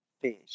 fish